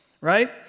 right